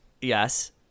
yes